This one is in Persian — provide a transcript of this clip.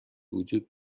وجود